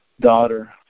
daughter